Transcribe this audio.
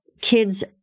kids